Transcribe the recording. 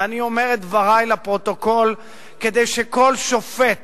ואני אומר את דברי לפרוטוקול כדי שכל שופט